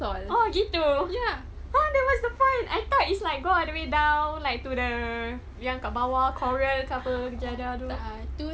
oh gitu !huh! that was the point I thought it's like go all the way down like to the kat bawah coral ke apa